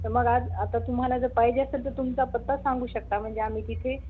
तर मग आज आता तुम्हाला जर पाहिजे असेल तुमचा पत्ता सांगू शकता म्हणजे आम्ही तिथे